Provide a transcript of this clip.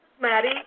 Maddie